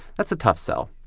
that's a tough sell.